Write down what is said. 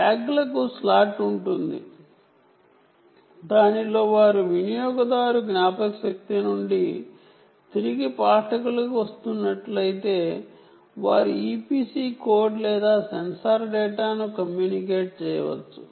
ట్యాగ్లకు slot ఉంటుంది దీనిలో వారు వినియోగదారు జ్ఞాపకశక్తి నుండి తిరిగి పాఠకులకు వస్తున్నట్లయితే వారి EPC కోడ్ లేదా సెన్సార్ డేటాను కమ్యూనికేట్ చేయవచ్చు